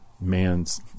man's